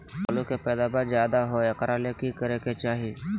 आलु के पैदावार ज्यादा होय एकरा ले की करे के चाही?